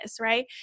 right